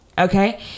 okay